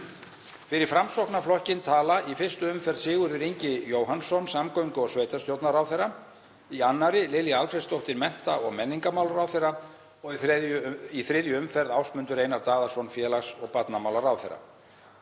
Fyrir Framsóknarflokkinn tala í fyrstu umferð Sigurður Ingi Jóhannsson, samgöngu- og sveitarstjórnarráðherra, í annarri Lilja Alfreðsdóttir, mennta- og menningarmálaráðherra og í þriðju umferð Ásmundur Einar Daðason, félags- og barnamálaráðherra.